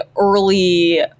early